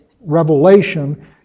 Revelation